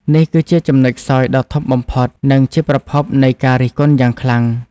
នេះគឺជាចំណុចខ្សោយដ៏ធំបំផុត និងជាប្រភពនៃការរិះគន់យ៉ាងខ្លាំង។